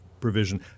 provision